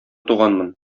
туганмын